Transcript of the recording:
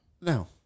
No